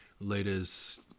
latest